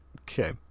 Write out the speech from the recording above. Okay